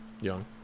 Young